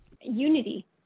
Unity